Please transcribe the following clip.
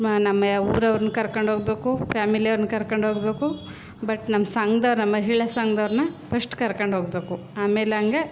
ನಮ್ಮ ಊರವ್ರನ್ನ ಕರ್ಕೊಂಡು ಹೋಗಬೇಕು ಫ್ಯಾಮಿಲಿಯವ್ರನ್ನೂ ಕರ್ಕೊಂಡೋಗ್ಬೇಕು ಬಟ್ ನಮ್ಮ ಸಂಘದವ್ರ್ನ ಮಹಿಳಾ ಸಂಘದವ್ರ್ನ ಪಸ್ಟ್ ಕರ್ಕೊಂಡೋಗ್ಬೇಕು ಆಮೇಲೆ ಹಂಗೆ